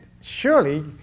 surely